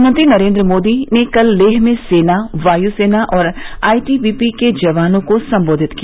प्रधानमंत्री नरेंद्र मोदी ने कल लेह में सेना वायुसेना और आईटीबीपी के जवानों को संबोधित किया